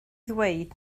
ddweud